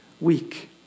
weak